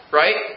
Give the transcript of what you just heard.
right